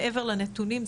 מעבר לנתונים,